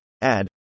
add